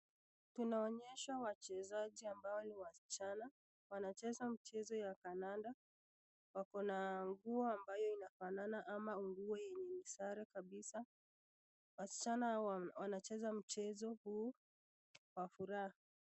Inaonyesha wachezaji ambao ni wasichana wanacheza mchezo ya kananda, wako na nguo ambayo inafanana ama nguo yenye ni sare kabisa. Wasichana hawa wanacheza mchezo huu kwa furaha.